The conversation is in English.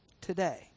today